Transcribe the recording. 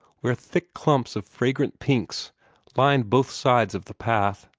where thick clumps of fragrant pinks lined both sides of the path.